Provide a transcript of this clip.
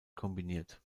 kombiniert